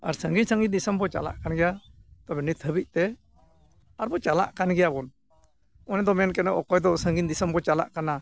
ᱟᱨ ᱥᱟᱺᱜᱤᱧ ᱥᱟᱺᱜᱤᱧ ᱫᱤᱥᱚᱢ ᱵᱚᱱ ᱪᱟᱞᱟᱜ ᱠᱟᱱ ᱜᱮᱭᱟ ᱛᱚᱵᱮ ᱱᱤᱛ ᱦᱟᱹᱵᱤᱡ ᱛᱮ ᱟᱨᱵᱚ ᱪᱟᱞᱟᱜ ᱠᱟᱱ ᱜᱮᱭᱟ ᱵᱚᱱ ᱚᱸᱰᱮ ᱫᱚ ᱢᱮᱱ ᱜᱟᱱᱚᱜᱼᱟ ᱚᱠᱚᱭ ᱫᱚ ᱥᱟᱺᱜᱤᱧ ᱫᱤᱥᱚᱢ ᱵᱚᱱ ᱪᱟᱞᱟᱜ ᱠᱟᱱᱟ